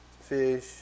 fish